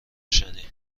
روشنی